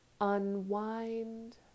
unwind